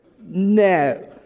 No